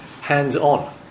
hands-on